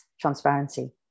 transparency